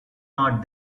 not